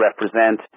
represent